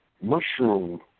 mushroom